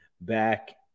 back